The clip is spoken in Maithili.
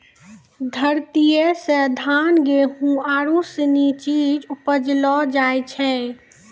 धरतीये से धान, गेहूं आरु सनी चीज उपजैलो जाय छै